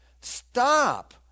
stop